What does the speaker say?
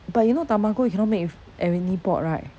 but you know tamago you cannot make with any pot right